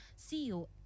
CEO